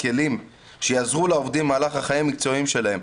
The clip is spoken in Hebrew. כלים שיעזרו לעובדים במהלך החיים המקצועיים שלהם",